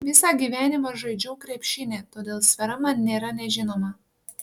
visą gyvenimą žaidžiau krepšinį todėl sfera man nėra nežinoma